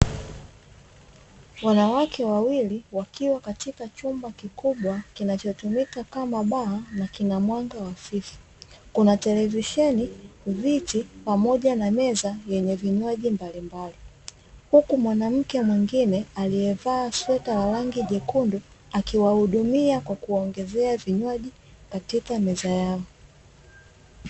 Wanawake wawili wakiwa katika chumba kikubwa kinachotumika kama baa na kina mwanga hafifu. Kuna televisheni, viti, pamoja na meza yenye vinywaji mbalimbali; huku mwanamke mwingine aliyevaa sweta la rangi jekundu, akiwahudumia kwa kuwaongezea vinywaji katika meza yao.